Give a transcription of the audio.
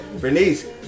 Bernice